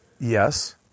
Yes